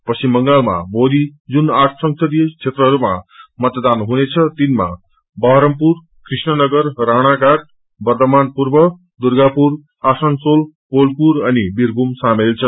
पश्चिम बंगालमा भोलि जुन आठ संसदीय क्षेत्रहरूमा मतदान हुनेछ तिनमा बहरमपुरकृष्णनगर राणाघाट बर्द्वमान पूर्व दुर्गापुर आसनसोल बोलपुर अनि वीरमूम सामेल छन्